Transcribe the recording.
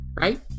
right